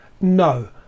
no